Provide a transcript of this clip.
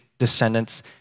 descendants